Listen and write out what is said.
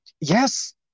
yes